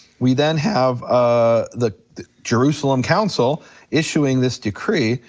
we then have ah the jerusalem council issuing this decree,